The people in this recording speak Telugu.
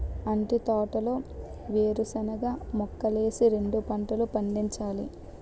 అంటి తోటలో వేరుశనగ మొక్కలేసి రెండు పంటలు పండించారు